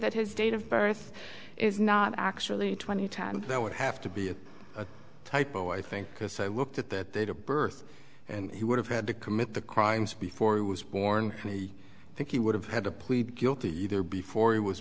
that his date of birth is not actually twenty times that would have to be a typo i think because i looked at that data birth and he would have had to commit the crimes before he was born and i think he would have had to plead guilty either before he was